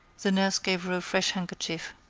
the nurse gave her a fresh handkerchief,